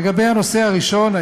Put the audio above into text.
לגבי הנושא הראשון,